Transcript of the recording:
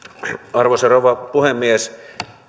arvoisa rouva puhemies